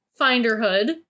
finderhood